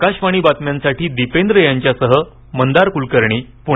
आकाशवाणी बातम्यांसाठी दिपेंद्र यांच्यासह मंदार कुलकर्णी पुणे